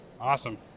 Awesome